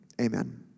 Amen